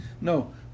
no